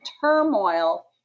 turmoil